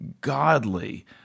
godly